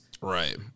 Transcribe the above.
Right